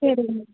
சரிங்க மேம்